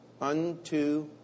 unto